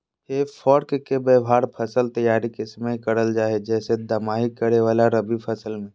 हे फोर्क के व्यवहार फसल तैयारी के समय करल जा हई, जैसे दमाही करे वाला रवि फसल मे